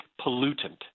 pollutant